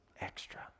extra